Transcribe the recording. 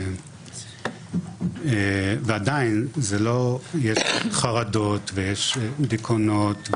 ועדיין יש חרדות ויש דיכאונות,